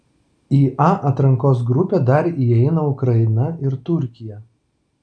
į a atrankos grupę dar įeina ukraina ir turkija